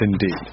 Indeed